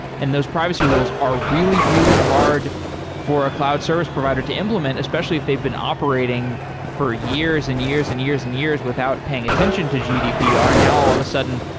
and those privacy rules are really, really hard for a cloud service provider to implement, especially if they've been operating for years and years and years and years without paying attention to gdpr. now, all of a sudden,